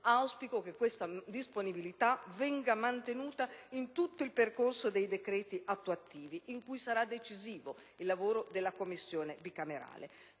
invece che questa disponibilità venga mantenuta in tutto il percorso di approvazione dei decreti attuativi, in cui sarà decisivo il lavoro della Commissione bicamerale.